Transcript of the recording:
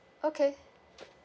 okay